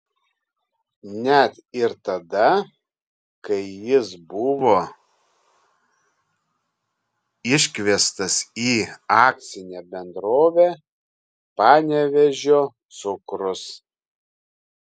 net ir tada kai jis buvo iškviestas į akcinę bendrovę panevėžio cukrus